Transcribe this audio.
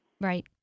Right